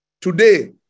Today